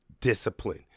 discipline